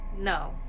No